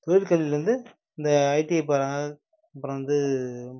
தொழிற்கல்வியில் வந்து இந்த ஐடிஐ போகிறாங்க அப்புறம் வந்து